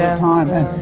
ah time.